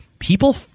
people